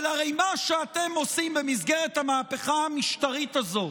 אבל הרי מה שאתם עושים במסגרת המהפכה המשטרית הזאת